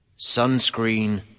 sunscreen